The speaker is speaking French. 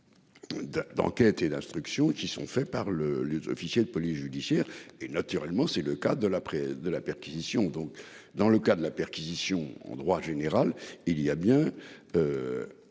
d'enquête et d'instruction qui sont faits par le. Les officiers de police judiciaire et naturellement, c'est le cas de la près de la perquisition. Donc dans le cas de la perquisition en droit général il y a bien.